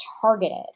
targeted